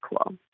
cool